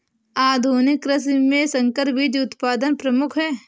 आधुनिक कृषि में संकर बीज उत्पादन प्रमुख है